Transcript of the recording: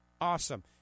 Awesome